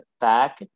back